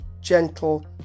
gentle